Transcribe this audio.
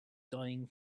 dying